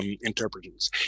interpreters